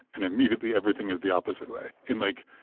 and, immediately, everything is the opposite way in, like,